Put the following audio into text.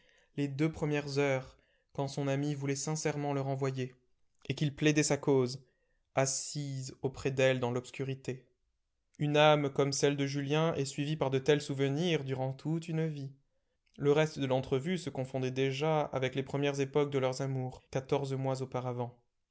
les deux premières heures quand son amie voulait sincèrement le renvoyer et qu'il plaidait sa cause assis auprès d'elle dans l'obscurité une âme comme celle de julien est suivie par de tels souvenirs durant toute une vie le reste de l'entrevue se confondait déjà avec les premières époques de leurs amours quatorze mois auparavant